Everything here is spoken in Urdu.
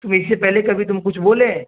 تم اس سے پہلے کبھی تم کچھ بولے